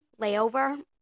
layover